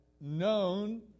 known